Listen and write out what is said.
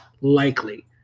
likely